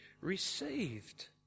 received